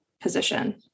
position